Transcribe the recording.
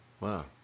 Wow